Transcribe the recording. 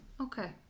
okay